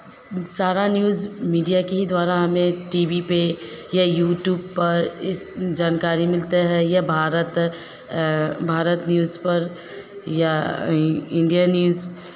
सारा news media के ही द्वारा हमें टी वी पे या यूट्यूब पर इस जानकारी मिलते हैं या भारत भारत न्यूज़ पर या इ इंडिया न्यूज़